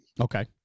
Okay